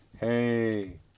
Hey